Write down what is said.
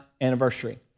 anniversary